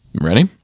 Ready